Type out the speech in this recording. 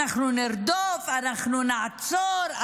אנחנו נרדוף, אנחנו נעצור.